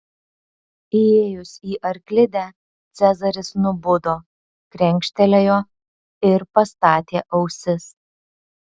įėjus į arklidę cezaris nubudo krenkštelėjo ir pastatė ausis